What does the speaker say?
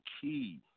key